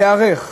להיערך,